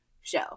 show